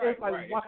Right